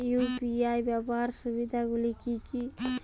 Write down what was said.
UPI ব্যাবহার সুবিধাগুলি কি কি?